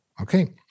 Okay